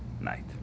night